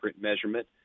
measurement